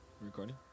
Recording